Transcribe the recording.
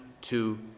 two